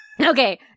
Okay